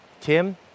Tim